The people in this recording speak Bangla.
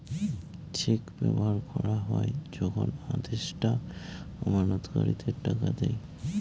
চেক ব্যবহার করা হয় যখন আদেষ্টা আমানতকারীদের টাকা দেয়